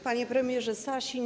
Panie Premierze Sasin!